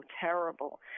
terrible